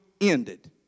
ended